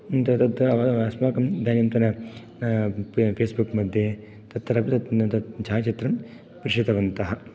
अस्माकम् इदानीन्तन पेस्बुक् मध्ये तत्र तत् छायाचित्रं प्रेषितवन्तः